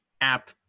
app